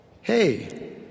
Hey